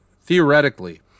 theoretically